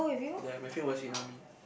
ya my friend was in army